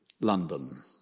London